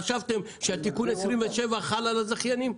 חשבתם שתיקון 27 חל על הזכיינים?